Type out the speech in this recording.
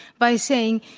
by saying,